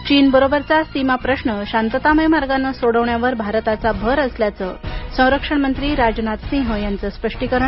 चीनबरोबरचा सीमा प्रश्न शांततामय मार्गानं सोडवण्यावर भारताचा भर असल्याचं संरक्षण मंत्री राजनाथ सिंह यांचं स्पष्टीकरण